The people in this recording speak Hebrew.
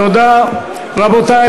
תודה, רבותי.